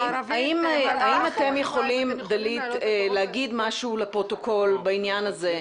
האם אתם יכולים להגיד משהו לפרוטוקול בעניין הזה,